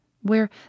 where